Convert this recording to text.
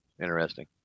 interesting